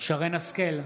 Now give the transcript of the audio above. שרן מרים השכל,